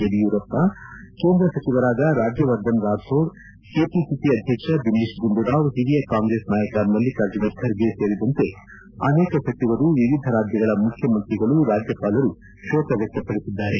ಯಡಿಯೂರಪ್ಪ ಕೇಂದ್ರ ಸಚಿವರಾದ ರಾಜ್ಯವರ್ಧನ್ ರಾಥೋಡ್ ಕೆಪಿಸಿಸಿ ಅಧ್ಯಕ್ಷ ದಿನೇಶ್ ಗುಂಡೂರಾವ್ ಹಿರಿಯ ಕಾಂಗೆಸ್ ನಾಯಕ ಮಲ್ಲಿಕಾರ್ಜುನ ಖರ್ಗೆ ಸೇರಿದಂತೆ ಅನೇಕ ಸಚಿವರು ವಿವಿಧ ರಾಜ್ಯಗಳ ಮುಖ್ಯಮಂತ್ರಿಗಳು ರಾಜ್ಯಪಾಲರು ಶೋಕ ವ್ಯಕ್ತಪದಿಸಿದ್ದಾರೆ